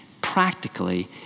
practically